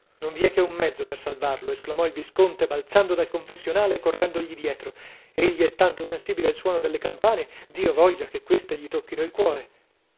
non vi è che un mezzo per salvarlo esclamò il visconte balzando dal confessionale e correndogli dietro egli è tanto sensibile al suono delle campane dio voglia che queste gli tocchino il cuore